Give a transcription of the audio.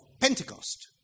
Pentecost